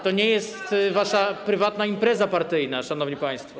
To nie jest wasza prywatna impreza partyjna, szanowni państwo.